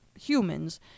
humans